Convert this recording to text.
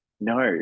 No